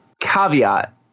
caveat